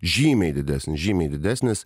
žymiai didesnis žymiai didesnis